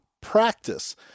practice